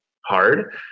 hard